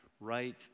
right